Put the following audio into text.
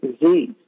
disease